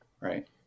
right